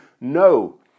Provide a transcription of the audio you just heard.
No